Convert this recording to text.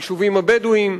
היישובים הבדואיים.